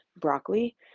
broccoli